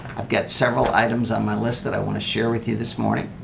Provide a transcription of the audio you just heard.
i've got several items on my list that i want to share with you this morning.